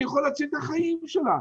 אני יכול להציל את החיים שלה,